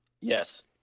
Yes